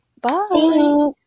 Bye